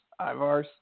Ivars